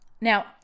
Now